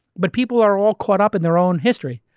but people are all caught up in their own history.